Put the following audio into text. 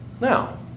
Now